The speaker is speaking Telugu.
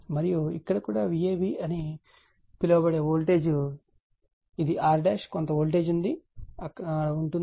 మరియు ఇక్కడ కూడా Vab అని పిలవబడే ఈ వోల్టేజ్ ఇది R కొంత వోల్టేజ్ ఉంది అక్కడ ఉంటుంది